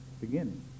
beginning